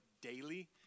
daily